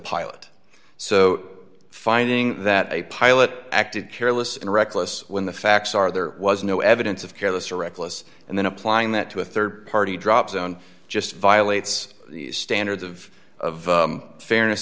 pilot so finding that a pilot acted careless and reckless when the facts are there was no evidence of careless or reckless and then applying that to a rd party drop zone just violates these standards of of fairness